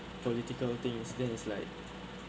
political things then is like